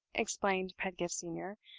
explained pedgift senior,